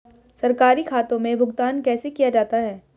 सरकारी खातों में भुगतान कैसे किया जाता है?